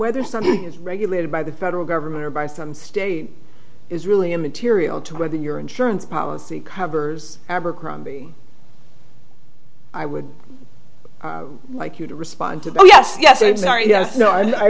whether something is regulated by the federal government or by some state is really immaterial to whether your insurance policy covers abercrombie i would like you to respond to that yes yes exactly no and i